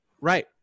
Right